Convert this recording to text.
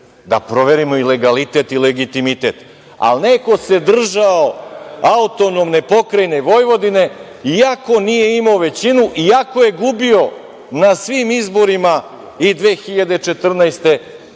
da proverimo i legalitet i legitimitet. Ali, neko se držao AP Vojvodine, iako nije imao većinu, iako je gubio na svim izborima i 2014.